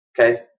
Okay